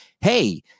hey